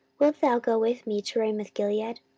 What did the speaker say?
wilt thou go with me to ramothgilead?